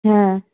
হ্যাঁ